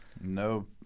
No